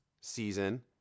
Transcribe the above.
season